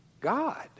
God